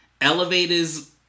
Elevators